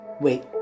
Wait